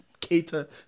cater